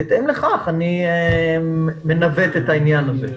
בהתאם לכך אני מנווט את העניין הזה.